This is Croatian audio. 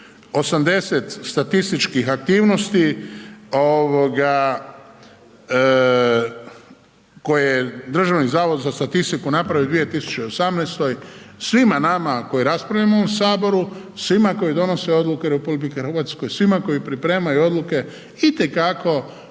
280 statističkih aktivnosti koje je Državni zavod za statistiku napravio u 2018. svima nama koji raspravljamo u ovom saboru, svima koji donose odluke u RH, svima koji pripremaju odluke i te kako mogu